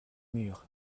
mûres